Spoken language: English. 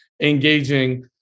engaging